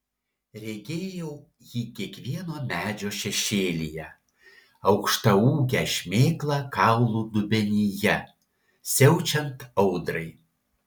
regėjau jį kiekvieno medžio šešėlyje aukštaūgę šmėklą kaulų dubenyje siaučiant audrai